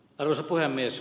arvoisa puhemies